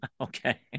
Okay